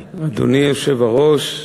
אדוני היושב-ראש,